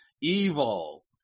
Evil